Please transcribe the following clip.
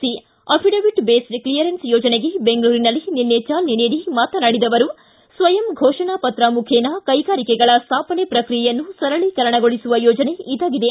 C affidavit based clearance ಯೋಜನೆಗೆ ಬೆಂಗಳೂರಿನಲ್ಲಿ ನಿನ್ನೆ ಚಾಲನೆ ನೀಡಿ ಮಾತನಾಡಿದ ಅವರು ಸ್ವಯಂ ಘೋಷಣಾ ಪತ್ರ ಮುಖೇನ ಕೈಗಾರಿಕೆಗಳ ಸ್ಥಾಪನೆ ಪ್ರಕ್ರಿಯೆಯನ್ನು ಸರಳೀಕರಣಗೊಳಿಸುವ ಯೋಜನೆ ಇದಾಗಿದೆ